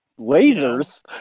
Lasers